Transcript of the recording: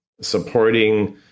supporting